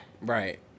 Right